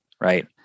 right